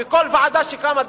וכל ועדה שקמה,